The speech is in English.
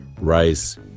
rice